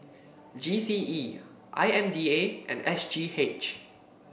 G C E I M D A and S G H